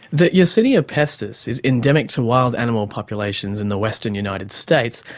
that yersinia pestis is is endemic to wild animal populations in the western united states,